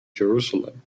jerusalem